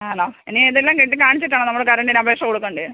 ആണോ എനി ഇതെല്ലം കെട്ടി കാണിച്ചിട്ടാണോ നമ്മൾ കറണ്ടിനപേക്ഷ കൊടുക്കേണ്ടത്